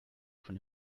von